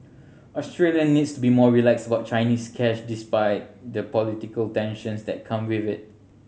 Australia needs to be more relaxed about Chinese cash despite the political tensions that come with it